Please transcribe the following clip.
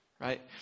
right